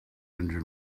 engine